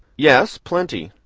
yes plenty.